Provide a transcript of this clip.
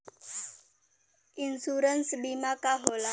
Insurance बीमा का होला?